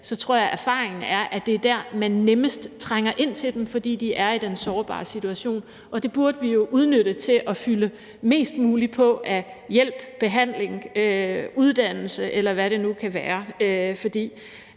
tror jeg, at erfaringen er, at det er der, man nemmest trænger ind til dem, for det er her, de er i den her sårbare situation. Det burde vi jo udnytte til at fylde mest muligt på i forhold til hjælp, behandling, uddannelse, eller hvad det nu kan være,